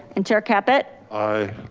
and chair caput? aye.